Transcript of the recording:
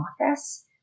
office